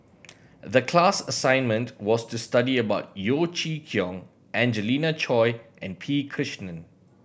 the class assignment was to study about Yeo Chee Kiong Angelina Choy and P Krishnan